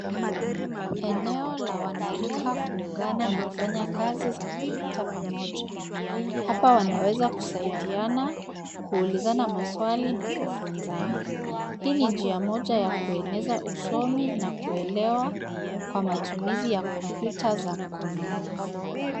Eneo la wanarika kuungana na kufanya kazi za kompyuta pamoja. Hapa wanaweza kusaidiana, kuulizana maswali na kufunzana. Hii ni njia moja ya kueneza usomi na kuelewa kwa matumizi ya kompyuta za mkononi.